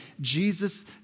Jesus